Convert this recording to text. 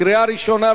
קריאה ראשונה.